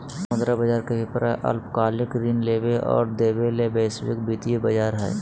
मुद्रा बज़ार के अभिप्राय अल्पकालिक ऋण लेबे और देबे ले वैश्विक वित्तीय बज़ार हइ